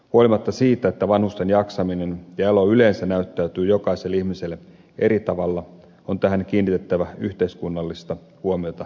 huolimatta siitä että vanhusten jaksaminen ja elo yleensä näyttäytyy jokaiselle ihmiselle eri tavalla on tähän kiinnitettävä yhteiskunnallista huomiota hyvinkin laajasti